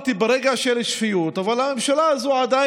ארנון וייצג את עמדת הממשלה בבית המשפט.